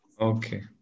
Okay